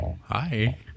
Hi